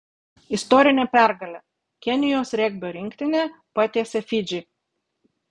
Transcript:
istorinė pergalė kenijos regbio rinktinė patiesė fidžį